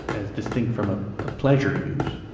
as distinct from a ah pleasure use,